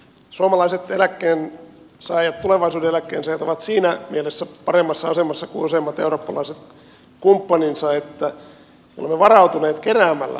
suomalaiset eläkkeensaajat tulevaisuuden eläkkeensaajat ovat siinä mielessä paremmassa asemassa kuin useammat eurooppalaiset kumppaninsa että olemme varautuneet keräämällä eläkerahastoja